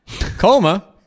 coma